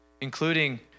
including